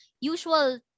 usual